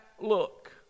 look